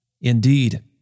Indeed